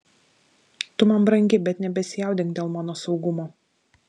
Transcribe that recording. tu man brangi bet nebesijaudink dėl mano saugumo